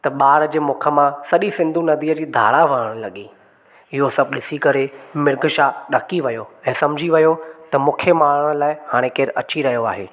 त ॿार जे मुख मां सॼी सिंधु नदीअ जी धारा वहण लॻी इहो सभ ॾिसी करे मिर्ग शाह ॾकी वियो ऐं सम्झी वियो त मूंखे मारण लाइ हाणे केरु अची रहियो आहे